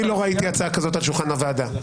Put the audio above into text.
אני לא ראיתי הצעה כזאת על שולחן הוועדה.